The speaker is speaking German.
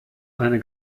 eine